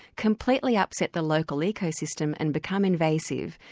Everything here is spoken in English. completely upset the local ecosystem and become invasive,